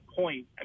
point